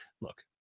look